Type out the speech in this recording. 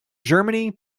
germany